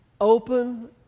Open